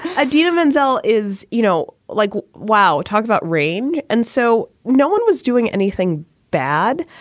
ah idina menzel is, you know, like, wow, talk about rain. and so no one was doing anything bad.